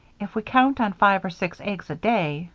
if we count on five or six eggs a day